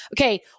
Okay